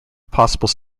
possible